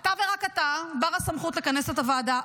אתה ורק אתה בר-הסמכות לכנס את הוועדה.